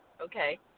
Okay